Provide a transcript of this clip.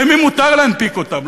למי מותר להנפיק אותן?